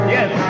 Yes